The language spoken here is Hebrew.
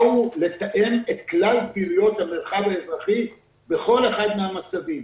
הוא לתאם את כלל פעילויות המרחב האזרחי בכל אחד מהמצבים